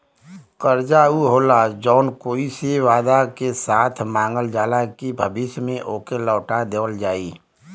कर्जा ऊ होला जौन कोई से वादा के साथ मांगल जाला कि भविष्य में ओके लौटा देवल जाई